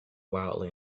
wildly